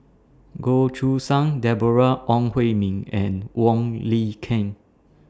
Goh Choo San Deborah Ong Hui Min and Wong Lin Ken